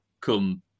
come